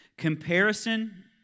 Comparison